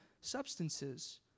substances